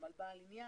גם על בעל עניין.